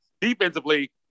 defensively